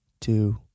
Two